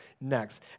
next